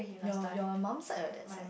your your mum side or dad side